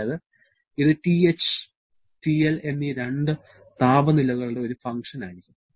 അതായത് ഇത് TH TL എന്നീ രണ്ട് താപനിലകളുടെ ഒരു ഫങ്ക്ഷന് ആയിരിക്കണം